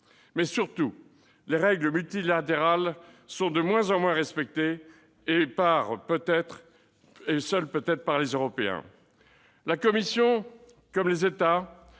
pis, les règles multilatérales sont de moins en moins respectées, à part peut-être par les Européens. La Commission et les États